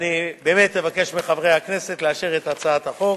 אני באמת אבקש מחברי הכנסת לאשר את הצעת החוק.